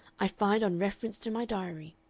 i find on reference to my diary,